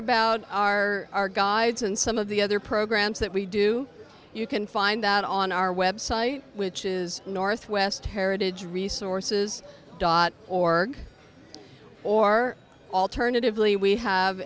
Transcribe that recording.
about our guides and some of the other programs that we do you can find that on our web site which is northwest heritage resources dot org or alternatively we have